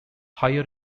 higher